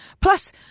Plus